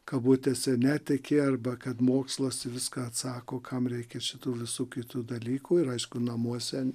kabutėse netiki arba kad mokslas viską atsako kam reikia šitų visų kitų dalykų ir aišku namuose